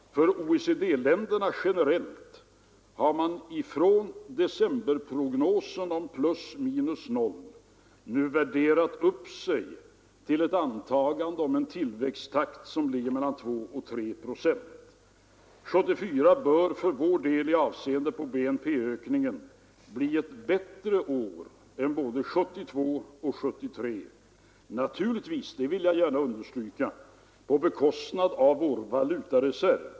För OECD-länderna generellt har man från decemberprognosens plus minus noll nu värderat upp sig till ett antagande om en tillväxttakt på mellan 2 och 3 procent. År 1974 bör för vår del i avseende på BNP-ökningen bli ett bättre år än både 1972 och 1973 — naturligtvis, det vill jag gärna understryka, på bekostnad av vår valutareserv.